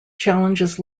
challenges